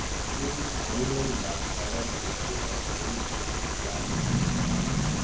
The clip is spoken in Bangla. স্প্রিং অনিয়ন বা শ্যালট হচ্ছে এক ধরনের ছোট পেঁয়াজ